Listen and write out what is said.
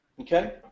okay